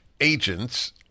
agents